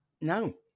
no